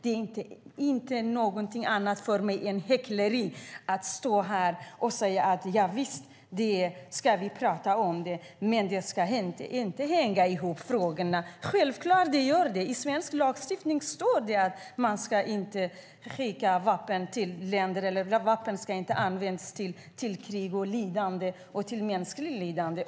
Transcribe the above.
Det är för mig inte något annat än hyckleri att stå här och säga: Javisst ska vi prata om det, men frågorna ska inte hänga ihop. Självklart gör de det. I svensk lagstiftning står det att vapen inte ska användas till krig och lidande och mänskligt lidande.